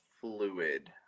fluid